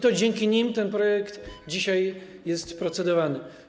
To dzięki nim ten projekt dzisiaj jest procedowany.